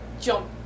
jump